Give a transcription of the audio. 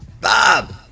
Bob